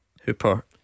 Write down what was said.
Hooper